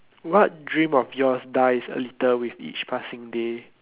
what dream of yours dies a little with each passing day